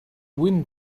wind